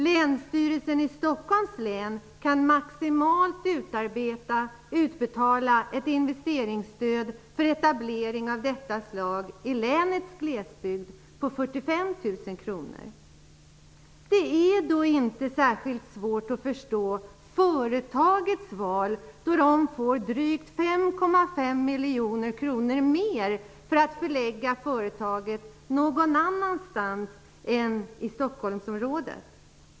Länsstyrelsen i Stockholms län kan maximalt utbetala ett investeringsstöd för etablering av detta slag i länets glesbygd på 45 000 Det är inte särskilt svårt att förstå företagets val då det får 5,5 miljoner kronor mer för att förlägga företaget någon annanstans än i Stockholmsområdet.